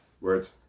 words